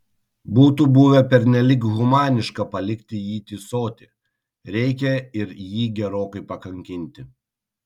būtų buvę pernelyg humaniška palikti jį tįsoti reikia ir jį gerokai pakankinti